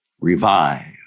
Revive